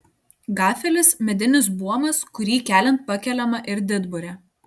gafelis medinis buomas kurį keliant pakeliama ir didburė